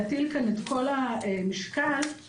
מתקני כליאה אתם קוראים לזה,